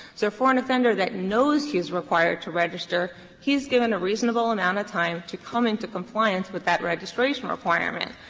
so for an offender that knows he is required to register he is given a reasonable amount of time to come into compliance with that registration requirement.